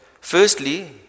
Firstly